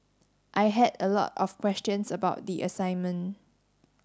I had a lot of questions about the assignment